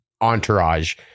Entourage